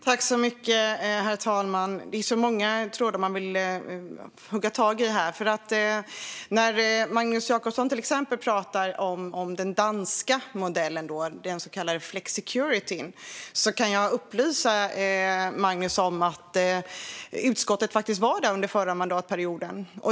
Herr talman! Det är så många trådar man vill hugga tag i här. Magnus Jacobsson pratar till exempel om den danska modellen med så kallad flexicurity. Jag kan upplysa Magnus om att utskottet var i Danmark under förra mandatperioden.